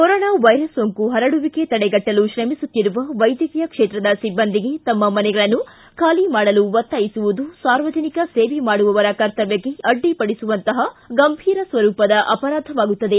corona virus ಸೋಂಕು ಪರಡುವಿಕೆ ತಡೆಗಟ್ಟಲು ತ್ರಮಿಸುತ್ತಿರುವ ವೈದ್ಯಕೀಯ ಕ್ಷೇತ್ರದ ಸಿಬ್ಬಂದಿಗೆ ತಮ್ಮ ಮನೆಗಳನ್ನು ಬಾಲಿ ಮಾಡಲು ಒತ್ತಾಯಿಸುವುದು ಸಾರ್ವಜನಿಕ ಸೇವೆ ಮಾಡುವವರ ಕರ್ತವ್ಯಕ್ಕೆ ಅಡ್ಡಿಪಡಿಸುವಂತಪ ಗಂಭೀರ ಸ್ವರೂಪದ ಅಪರಾಧವಾಗುತ್ತದೆ